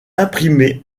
imprimé